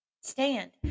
stand